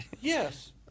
Yes